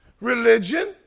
religion